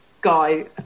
guy